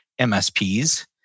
MSPs